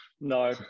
no